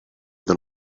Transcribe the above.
than